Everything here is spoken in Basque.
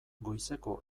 goizeko